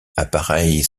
appareils